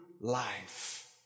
life